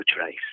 trace